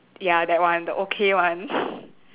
ya that one the okay one